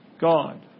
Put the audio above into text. God